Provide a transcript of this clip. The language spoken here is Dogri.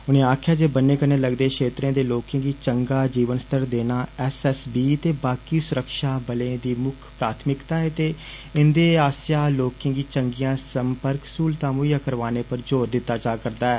उनें आक्खेआ जे बन्ने कन्नै लगदे क्षेत्र दे लोकें गी चंगा जीवन स्तर एस एस बी ते बाकि सुरक्षाबलें दी दी मुक्ख प्राथमिक्ता ऐ ते इंदे आस्सेआ लोकें गी चंगियां सम्पर्क स्हूलतां मुहेय्या करवाने पर ज़ोर दिता जा करदा ऐ